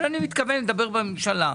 אבל אני מתכוון לדבר בממשלה.